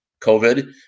COVID